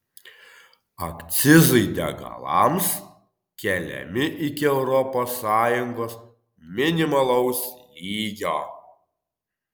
akcizai degalams keliami iki europos sąjungos minimalaus lygio